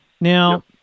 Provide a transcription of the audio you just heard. Now